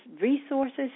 resources